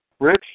Rich